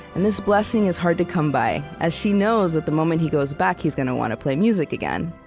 and this blessing is hard to come by as she knows that the moment he goes back, he's gonna want to play music again.